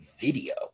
video